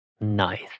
Nice